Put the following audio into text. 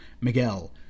Miguel